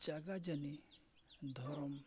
ᱪᱟᱸᱜᱟ ᱡᱟᱱᱤ ᱫᱷᱚᱨᱚᱢ